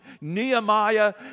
Nehemiah